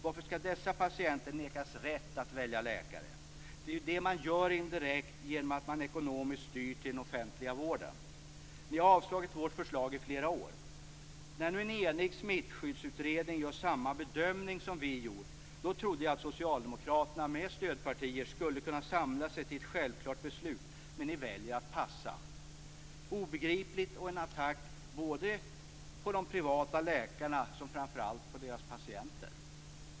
Varför skall dessa patienter nekas rätten att välja läkare? Det är ju det som man gör indirekt genom att man ekonomiskt styr över till den offentliga vården. Ni har avslagit vårt förslag i flera år. När nu en enig smittskyddsutredning gör samma bedömning som vi gör trodde jag att socialdemokraterna med stödpartier skulle kunna samla sig till ett självklart beslut, men ni väljer att passa. Det är obegripligt och en attack på såväl privata läkare som deras patienter.